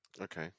Okay